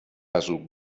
ازاو